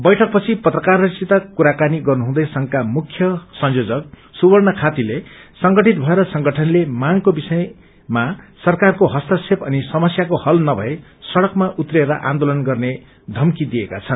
वैठक पछि पत्रकारहरूसित कुराकानी गर्नुहुँदै संषका मुख्य संयोजक सूवर्ण खातीले संगठित भएर संगठनले मागको विषयमा सरकारको हस्तक्षेप अनि समस्याको हल नभए सङ्कमा उत्रिएर आन्दोलन गर्ने यम्की दिएका छन्